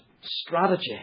strategy